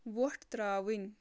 وۄٹھ ترٛاوٕنۍ